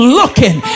looking